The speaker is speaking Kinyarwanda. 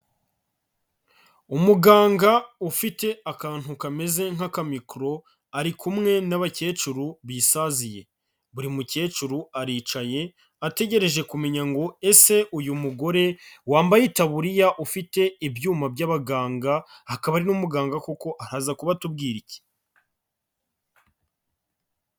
Umuganga ufite akantu kameze nk'akamikoro ari kumwe n'abakecuru bisaziye. Buri mukecuru aricaye, ategereje kumenya ngo "Ese uyu mugore wambaye itaburiya, ufite ibyuma by'abaganga, akaba ari n'umuganga koko araza kuba atubwira iki?